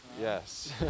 Yes